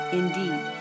indeed